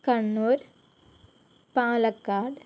Kannur Palakkad